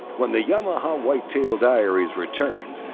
when the yamaha whitetail diaries returns,